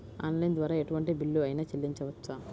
Online ద్వారా ఎటువంటి bill అయినా చెల్లించవచ్చా?